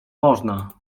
można